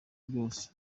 byose